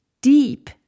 deep